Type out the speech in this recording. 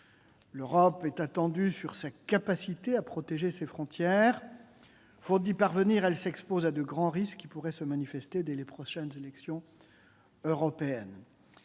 L'Europe est attendue sur sa capacité à protéger ses frontières. Faute d'y parvenir, elle s'expose à de grands risques, qui pourraient se manifester dès les prochaines élections européennes.